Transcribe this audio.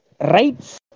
Rights